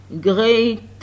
great